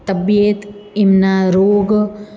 તબિયત એમના રોગ